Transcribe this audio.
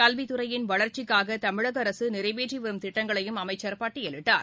கல்வித்துறையின் வளர்ச்சிக்காக தமிழக அரசு நிறைவேற்றி வரும் திட்டங்களையும் அமைச்ச் பட்டியலிட்டார்